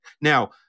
Now